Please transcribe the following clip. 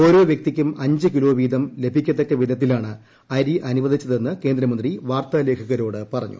ഓരോ വൃക്തിക്കും അഞ്ച് കിലോ വീതം ലഭിക്കത്തക്കവിധത്തിലാണ് അരി അനുവദിച്ചതെന്ന് കേന്ദ്രമന്ത്രി വാർത്തിട്ടു ലേഖകരോട് പറഞ്ഞു